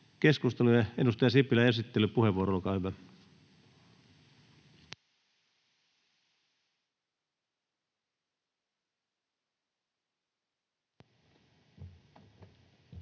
Keskusteluun. Edustaja Sipilä, esittelypuheenvuoro, olkaa hyvä.